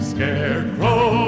Scarecrow